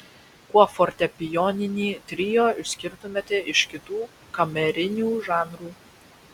kuo fortepijoninį trio išskirtumėte iš kitų kamerinių žanrų